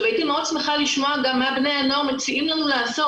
הייתי מאוד שמחה לשמוע גם מה בני הנוער מציעים לנו לעשות,